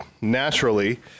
naturally